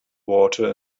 water